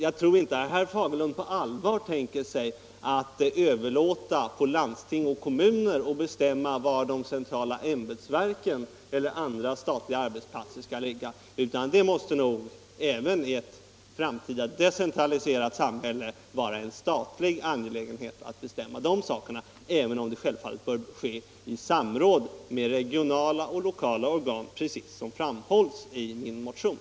Jag tror inte herr Fagerlund på allvar tänker sig att överlåta på landsting och kommuner att bestämma var de centrala ämbetsverken eller andra statliga arbetsplatser skall ligga. Det måste nog även i ett framtida decentraliserat samhälle vara en statlig angelägenhet, även om det självfallet bör ske i samråd med regionala och lokala organ, precis som framhålls i min motion.